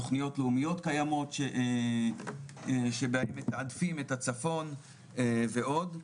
תכניות לאומיות קיימות שבהן מתעדפים את הצפון ועוד.